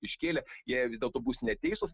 iškėlė jie vis dėlto bus neteisūs